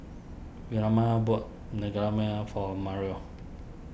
Vilma bought Naengmyeon for Marrion